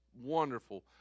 wonderful